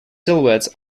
silhouettes